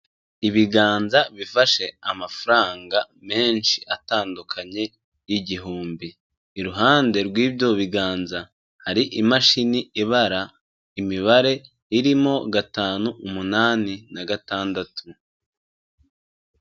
Ibiganza bifashe amafaranga menshi atandukanye y'igihumbi. Iruhande rw'ibyo biganza hari imashini ibara imibare, irimo gatanu, umunani na gatandatu.